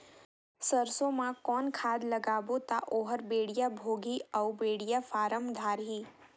सरसो मा कौन खाद लगाबो ता ओहार बेडिया भोगही अउ बेडिया फारम धारही?